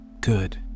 Good